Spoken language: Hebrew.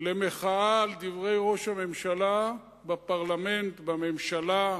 למחאה על דברי ראש הממשלה בפרלמנט, בממשלה,